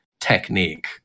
technique